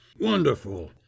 Wonderful